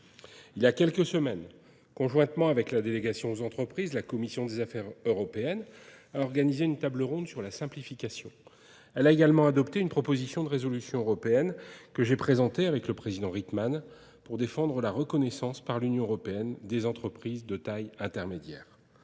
Il y a quelques semaines, conjointement avec la délégation aux entreprises, la Commission des affaires européennes a organisé une table ronde sur la simplification. Elle a également adopté une proposition de résolution européenne que j'ai présentée avec le président Ritman pour défendre la reconnaissance par l'Union européenne des entreprises de taille intermédiaire.